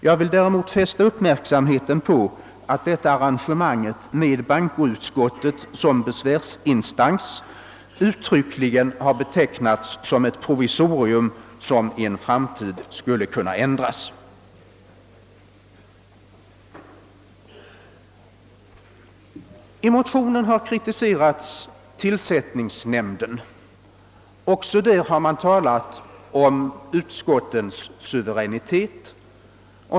Jag vill däremot fästa uppmärksamheten på att arrangemanget med bankoutskottet som besvärsinstans uttryckligen har betecknats som ett provisorium, som i en framtid skulle kunna ändras. I motionen har man också kritiserat förslaget om inrättande av en tillsättningsnämnd — man har också där talat om utskottens suveränitet.